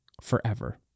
forever